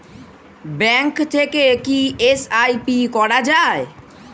Bank থেকে কী SIP করা যাবে?